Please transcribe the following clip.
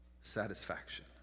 satisfaction